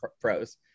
pros